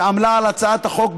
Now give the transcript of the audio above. שעמלה על הצעת החוק.